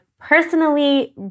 personally